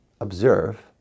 observe